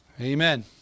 Amen